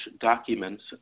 documents